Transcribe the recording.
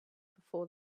before